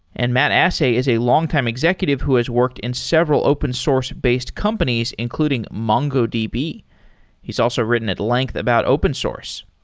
and matt asay is a longtime executive who has worked in several open source based companies, including mongodb. he's also written at length about open source.